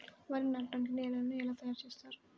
వరి నాటడానికి నేలను ఎలా తయారు చేస్తారు?